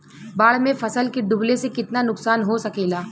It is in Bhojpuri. बाढ़ मे फसल के डुबले से कितना नुकसान हो सकेला?